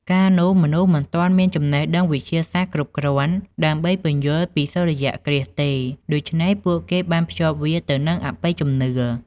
កាលនោះ មនុស្សមិនទាន់មានចំណេះដឹងវិទ្យាសាស្ត្រគ្រប់គ្រាន់ដើម្បីពន្យល់ពីសូរ្យគ្រាសទេ ដូច្នេះពួកគេបានភ្ជាប់វាទៅនឹងអបិយជំនឿ ។